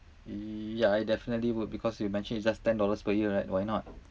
yeah I definitely would because you mentioned it's just ten dollars per year right why not